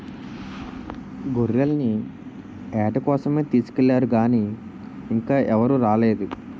గొర్రెల్ని ఏట కోసమే తీసుకెల్లారు గానీ ఇంకా ఎవరూ రాలేదు